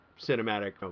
cinematic